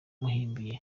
kugira